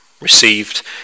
received